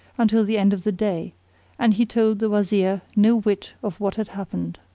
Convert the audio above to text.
until the end of the day and he told the wazir no whit of what had happened.